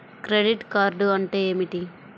Credit card అంటే ఏమిటి?